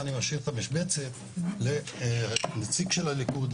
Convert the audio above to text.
אני משאיר את המשבצת לנציג של הליכוד,